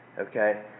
okay